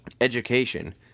Education